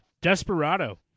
Desperado